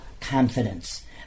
confidence